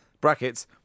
Brackets